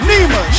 Nima